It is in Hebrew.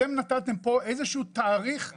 אתם נקבתם בתאריך פלא,